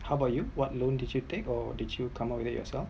how about you what loan did you take or did you come out with it yourself